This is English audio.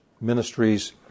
ministries